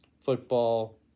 football